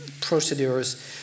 procedures